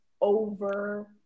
over